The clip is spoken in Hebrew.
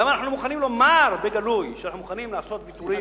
למה אנחנו לא מוכנים לומר בגלוי שאנחנו מוכנים לעשות ויתורים.